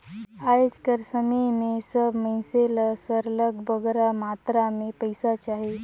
आएज कर समे में सब मइनसे ल सरलग बगरा मातरा में पइसा चाही